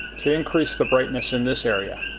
to increase the brightness in this area,